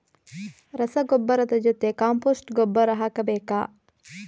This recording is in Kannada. ರಸಗೊಬ್ಬರದ ಜೊತೆ ಕಾಂಪೋಸ್ಟ್ ಗೊಬ್ಬರ ಹಾಕಬೇಕಾ?